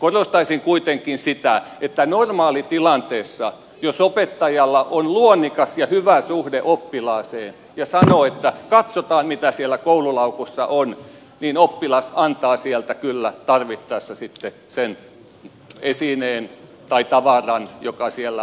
korostaisin kuitenkin sitä että normaalitilanteessa jos opettajalla on luonnikas ja hyvä suhde oppilaaseen ja jos opettaja sanoo että katsotaan mitä siellä koululaukussa on oppilas antaa sieltä kyllä tarvittaessa opettajalle sitten sen esineen tai tavaran joka siellä on